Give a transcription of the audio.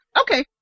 Okay